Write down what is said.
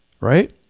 right